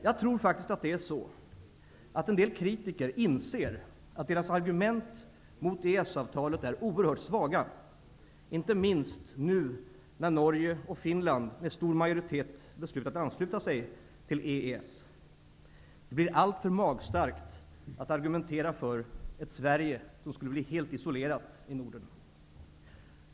Jag tror faktiskt att det är så att en del kritiker inser att deras argument mot EES-avtalet är oerhört svaga -- inte minst nu när Norge och Finland med stor majoritet beslutat ansluta sig till EES. Det blir allt för magstarkt att argumentera för ett Sverige som skulle bli helt isolerat i Norden.